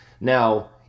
Now